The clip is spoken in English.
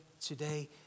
today